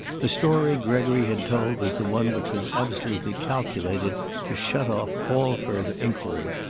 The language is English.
the story gregory had told was the one which was absolutely calculated to shut off all further inquiry.